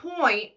point